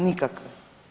Nikakve.